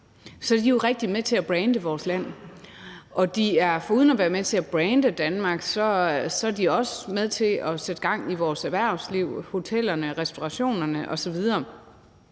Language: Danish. er de jo med til at brande vores land, og foruden at være med til at brande Danmark er de også med til at sætte gang i vores erhvervsliv, hotellerne, restaurationerne osv.,